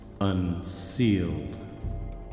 unsealed